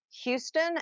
houston